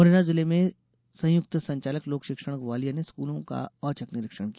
मुरैना जिले में सयुक्त संचालक लोक शिक्षण ग्वालियर ने स्कूलों का औचक निरीक्षण किया